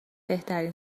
بهترین